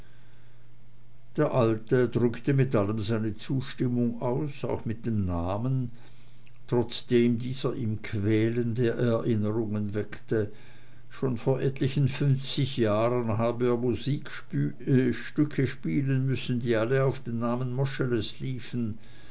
der alte drückte mit allem seine zustimmung aus auch mit dem namen trotzdem dieser ihm quälende erinnerungen weckte schon vor etlichen fünfzig jahren habe er musikstücke spielen müssen die alle auf den namen moscheles liefen